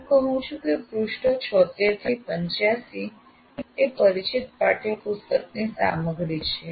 હું કહું છું કે પૃષ્ઠ 76 થી 85 એ પરિચિત પાઠયપુસ્તકની સામગ્રી છે